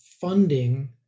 funding